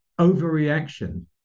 overreaction